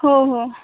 हो हो